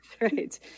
right